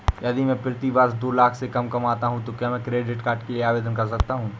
यदि मैं प्रति वर्ष दो लाख से कम कमाता हूँ तो क्या मैं क्रेडिट कार्ड के लिए आवेदन कर सकता हूँ?